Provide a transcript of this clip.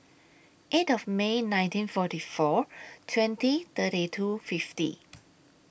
eight of May nineteen forty four twenty thirty two fifty